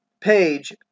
page